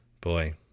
Boy